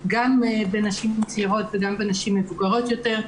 גם בנשים צעירות וגם בנשים מבוגרות יותר.